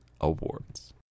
Awards